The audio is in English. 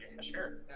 sure